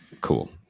Cool